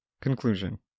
Conclusion